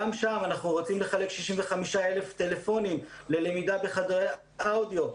גם שם אנחנו רוצים לחלק 65,000 טלפונים ללמידה בחדרי אודיו.